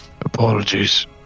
Apologies